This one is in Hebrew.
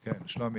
שלומי,